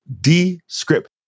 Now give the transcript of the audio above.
Descript